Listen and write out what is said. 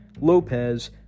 Lopez